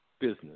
business